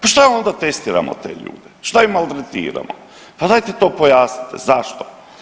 Pa šta onda testiramo te ljude, šta ih maltretiramo, pa dajte to pojasnite, zašto?